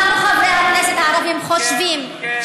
אנחנו, חברי הכנסת הערבים, חושבים, כן.